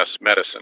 Medicine